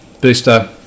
booster